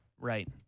Right